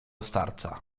starca